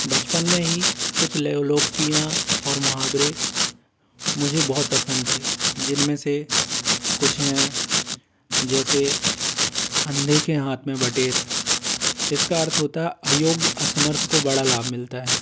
बचपन में ही कुछ लोकोक्तियाँ और मुहावरे मुझे बहुत पसंद थे जिनमें से कुछ हैं जैसे अंधे के हाथ में बटेर इसका अर्थ होता अयोग्य असमर्थ को बड़ा लाभ मिलता है